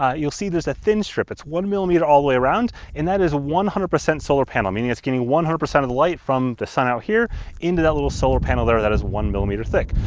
ah you'll see there's a thin strip. it's one millimeter all the way around, and that is one hundred percent solar panel. meaning it's getting one hundred percent of the light from the sun out here into that little solar panel there that is one millimeter thick.